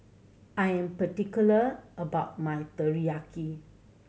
I am particular about my Teriyaki